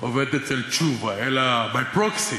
עובד אצל תשובה, אלא by proxy,